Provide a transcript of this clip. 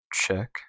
check